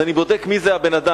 אני בודק מי זה הבן-אדם.